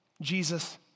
Jesus